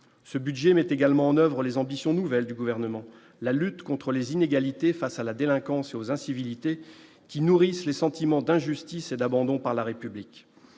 ce budget met également en oeuvre les ambitions nouvelles du gouvernement, la lutte contre les inégalités face à la délinquance et aux incivilités qui nourrissent les sentiments d'injustice et d'abandon par la République